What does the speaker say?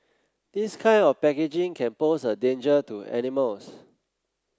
this kind of packaging can pose a danger to animals